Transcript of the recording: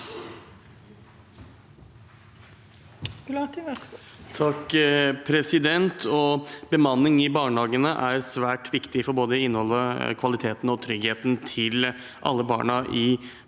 (FrP) Bemanning i barnehagene er svært viktig for både innholdet, kvaliteten og tryggheten til alle barna i barnehagen,